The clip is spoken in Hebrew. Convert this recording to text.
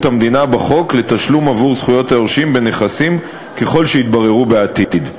המדינה בחוק לתשלום עבור זכויות היורשים בנכסים ככל שיתבררו בעתיד.